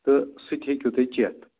تہٕ سُہ تہِ ہیٚکِو تُہۍ چٮ۪تھ